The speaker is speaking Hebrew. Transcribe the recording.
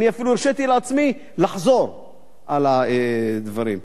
אני אפילו הרשיתי לעצמי לחזור על הדברים.